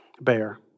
bear